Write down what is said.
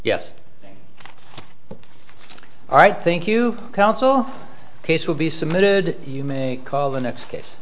yes all right thank you counsel case will be submitted you may call the next case